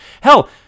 Hell